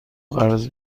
قرض